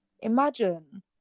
imagine